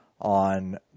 On